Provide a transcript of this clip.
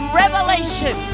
revelation